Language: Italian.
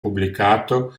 pubblicato